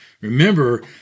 Remember